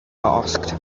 asked